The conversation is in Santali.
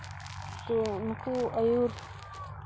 ᱛᱚ ᱩᱱᱠᱩ ᱟᱹᱭᱩᱨ